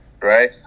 right